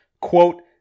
quote